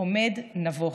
עומד נבוך.